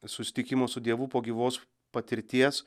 susitikimų su dievu po gyvos patirties